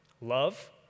love